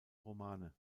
romane